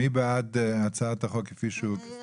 מי בעד הצעת החוק כפי שהוקראה?